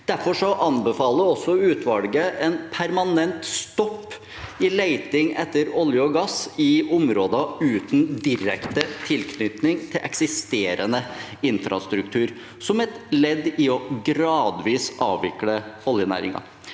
Derfor anbefaler utvalget også en permanent stopp i leting etter olje og gass i områder uten direkte tilknytning til eksisterende infrastruktur, som et ledd i gradvis å avvikle oljenæringen.